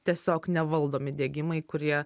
tiesiog nevaldomi degimai kurie